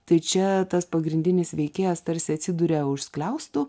tai čia tas pagrindinis veikėjas tarsi atsiduria už skliaustų